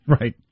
Right